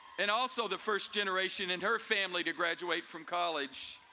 and also the first generation in her family to graduate from college.